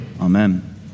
Amen